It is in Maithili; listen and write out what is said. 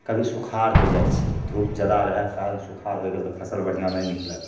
कभी सुखाड़ होइ जाइ छै धूप जादा रहैके कारण सुखाड़ होइ गेल तऽ फसिल बढ़िआँ नहि निकलल